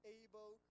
able